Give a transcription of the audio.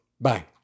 Bye